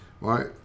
right